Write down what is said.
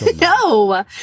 No